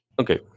Okay